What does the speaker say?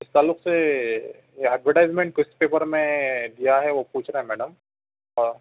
تعلق سے یہ ایڈورٹائزمنٹ کس پیپر میں دیا ہے وہ پوچھ رہے ہیں میڈم